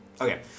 Okay